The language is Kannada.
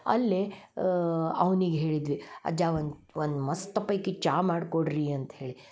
ಅಲ್ಲೇ ಅವ್ನಿಗೆ ಹೇಳಿದ್ವಿ ಅಜ್ಜ ಒಂದು ಒನ್ ಮಸ್ತ ಪೈಕಿ ಚಾ ಮಾಡ್ಕೊಡ್ರಿ ಅಂತ್ಹೇಳಿ